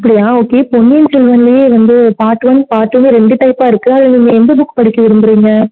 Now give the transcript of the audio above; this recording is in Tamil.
அப்படியா ஓகே பொன்னியின் செல்வன்லையே வந்து பார்ட் ஒன் பார்ட் டூ ரெண்டு டைப்பாக இருக்கு நீங்கள் எந்த புக் படிக்க விரும்புகிறீங்க